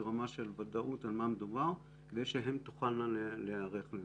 רמה של ודאות על מה מדובר על מנת שהן תוכלנה להיערך לכך.